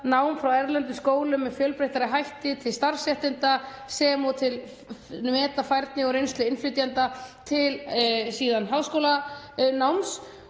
nám frá erlendum skólum með fjölbreyttari hætti til starfsréttinda sem og að meta færni og reynslu innflytjenda til háskólanáms